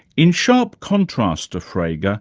in sharp contrast to frege, yeah